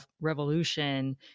revolution